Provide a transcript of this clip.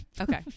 okay